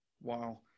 Wow